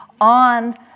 on